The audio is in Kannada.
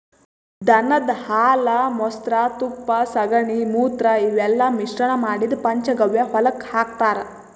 ದನದ್ ಹಾಲ್ ಮೊಸ್ರಾ ತುಪ್ಪ ಸಗಣಿ ಮೂತ್ರ ಇವೆಲ್ಲಾ ಮಿಶ್ರಣ್ ಮಾಡಿದ್ದ್ ಪಂಚಗವ್ಯ ಹೊಲಕ್ಕ್ ಹಾಕ್ತಾರ್